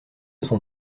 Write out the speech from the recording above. sont